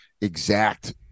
exact